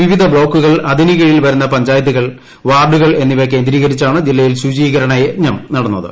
വിവിധ ബ്ലോക്കുകൾ അതിനുകീഴിൽ വരുന്ന പഞ്ചായത്തുകൾ വാർഡുകൾ എന്നിവ കേന്ദ്രീകരിച്ചാണ് ജില്ലയിൽ ശുചീകരണ യജ്ഞം നടന്നത്